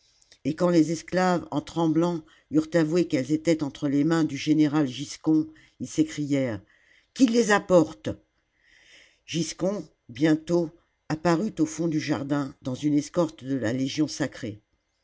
et quand les esclaves en tremblant eurent avoué qu'elles étaient entre les mains du général giscon ils s'écrièrent qu'il les apporte giscon bientôt apparut au fond du jardm dans une escorte de la légion sacrée